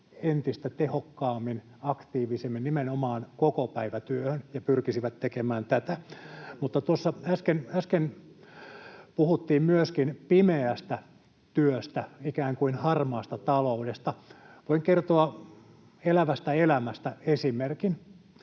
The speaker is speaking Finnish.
entistä tehokkaammin, aktiivisemmin nimenomaan kokopäivätyöhön ja pyrkisivät tekemään tätä. Tuossa äsken puhuttiin myöskin pimeästä työstä, ikään kuin harmaasta taloudesta. Voin kertoa elävästä elämästä esimerkin.